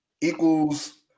equals